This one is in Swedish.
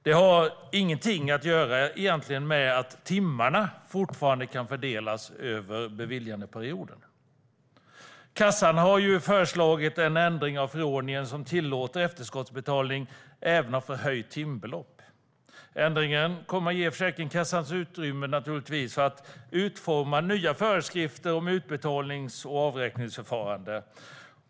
Det har egentligen ingenting att göra med att timmarna fortfarande kan fördelas över beviljandeperioden. Försäkringskassan har föreslagit en ändring av förordningen som tillåter efterskottsbetalning även av förhöjt timbelopp. Ändringen kommer att ge Försäkringskassan utrymme att utforma nya föreskrifter om utbetalnings och avräkningsförfaranden.